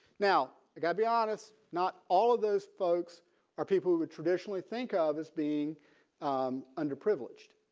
now i gotta be honest. not all of those folks are people who would traditionally think of as being underprivileged.